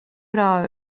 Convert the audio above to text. bra